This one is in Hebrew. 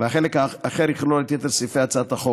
והחלק האחר יכלול את יתר סעיפי הצעת החוק.